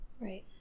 right